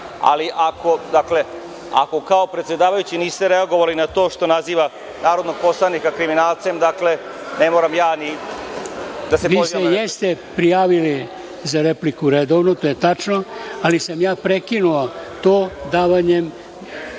ali ako kao predsedavajući niste reagovali na to što naziva narodnog poslanika kriminalcem, ne moram ja ni da se pozivam… **Dragoljub Mićunović** Vi se jeste prijavili za repliku redovnu, to je tačno, ali sam ja prekinuo to davanjem